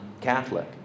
Catholic